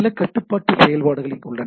சில கட்டுப்பாட்டு செயல்பாடுகள் இங்கே உள்ளன